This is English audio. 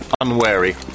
Unwary